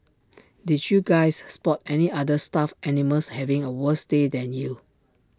did you guys spot any other stuffed animals having A worse day than you